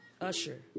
Usher